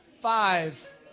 five